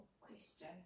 question